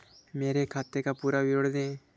मेरे खाते का पुरा विवरण दे?